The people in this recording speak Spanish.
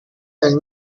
del